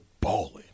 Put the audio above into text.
balling